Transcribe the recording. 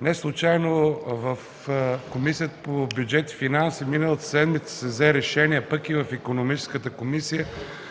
Неслучайно в Комисията по бюджет и финанси миналата седмица се взе решение – пък и в